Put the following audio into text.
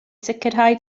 sicrhau